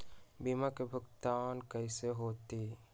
बीमा के भुगतान कैसे होतइ?